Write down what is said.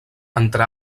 entre